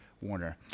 Warner